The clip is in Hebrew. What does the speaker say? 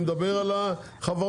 מדבר על החברות,